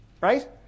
right